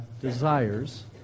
desires